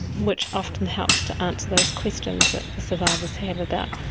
which often helps to answer those questions that the survivors have about,